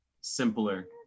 simpler